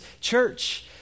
church